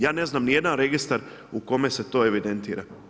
Ja ne znam ni jedan registar u kome se to evidentira.